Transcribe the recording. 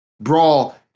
Brawl